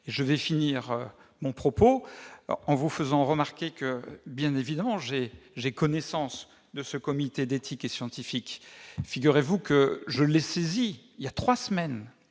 je finirai mon propos en vous faisant remarquer que, bien évidemment, je connais le Comité éthique et scientifique. Figurez-vous que je l'ai saisi, voilà trois semaines,